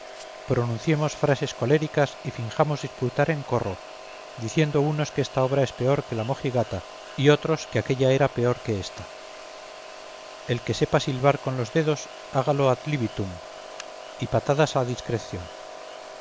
pronunciemos frases coléricas y finjamos disputar en corro diciendo unos que esta obra es peor que la mojigata y otros que aquélla era peor que ésta el que sepa silbar con los dedos hágalo ad libitum y patadas a discreción